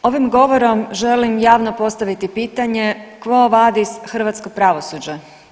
Ovim govorom želim javno postaviti pitanje quo vadis hrvatsko pravosuđe?